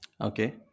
Okay